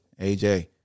AJ